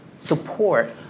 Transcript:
support